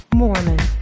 mormon